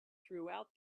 throughout